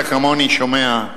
אתה כמוני שומע,